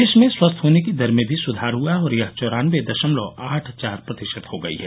देश में स्वस्थ होने की दर में भी सुधार हुआ है और यह चौरानबे दशमलव आठ चार प्रतिशत हो गई है